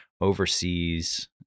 overseas